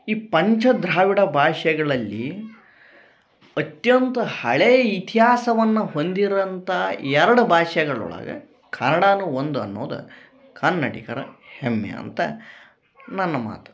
ಈ ಪಂಚ ದ್ರಾವಿಡ ಭಾಷೆಗಳಲ್ಲಿ ಅತ್ಯಂತ ಹಳೇ ಇತಿಹಾಸವನ್ನ ಹೊಂದಿರುವಂಥ ಎರಡು ಭಾಷೆಗಳೊಳಗೆ ಕನ್ನಡಾನು ಒಂದು ಅನ್ನೋದ ಕನ್ನಡಿಗರ ಹೆಮ್ಮೆ ಅಂತ ನನ್ನ ಮಾತು